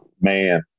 Man